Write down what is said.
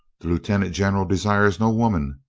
the lieutenant general desires no women,